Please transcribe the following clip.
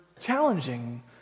challenging